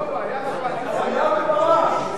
לא, כבר היה, היה וברח.